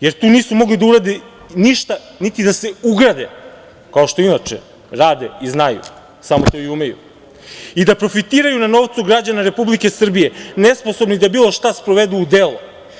jer tu nisu mogli da urade ništa, niti da se ugrade kao što inače rade i znaju, samo to i umeju i da profitiraju na novcu građana Republike Srbije, nesposobni da bilo šta sprovedu u delo.